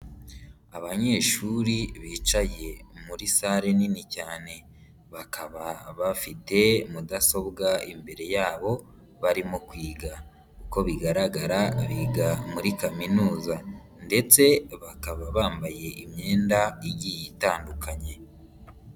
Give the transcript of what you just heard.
Abanyeshuri bicaye muri sale nini cyane, bakaba bafite mudasobwa imbere yabo barimo kwiga, uko bigaragara biga muri kaminuza ndetse bakaba bambaye imyenda igiye itandukanye.